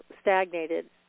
stagnated